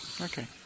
Okay